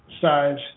size